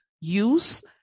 use